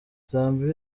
zambia